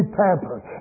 pampered